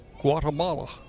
Guatemala